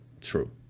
True